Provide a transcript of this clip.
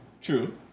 True